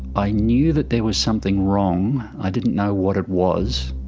i knew that there was something wrong, i didn't know what it was.